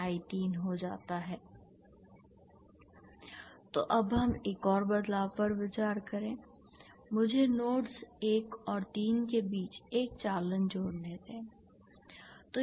तो अब हम एक और बदलाव पर विचार करें मुझे नोड्स 1 और 3 के बीच एक चालन जोड़ने दें